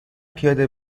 پیاده